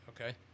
Okay